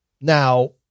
Now